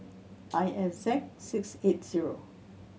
I F Z six eight zero